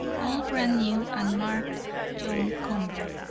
all brand new and marked john convert.